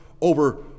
over